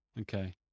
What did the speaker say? Okay